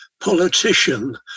politician